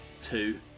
two